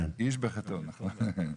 איש בחטאו יומת.